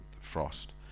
Frost